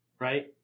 right